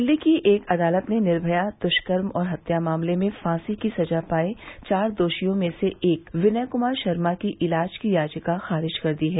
दिल्ली की एक अदालत ने निर्भया दुष्कर्म और हत्या मामले में फांसी की सजा पाए चार दोषियों में से एक विनय कुमार शर्मा की इलाज की याचिका खारिज कर दी है